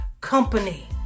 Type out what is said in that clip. company